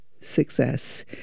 Success